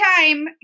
time